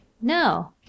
No